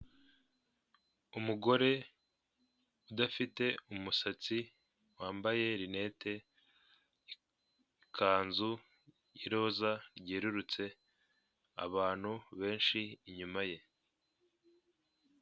Umugore udafite umusatsi wambaye linete, ikanzu y’iroza ryerurutse, abantu benshi inyuma ye.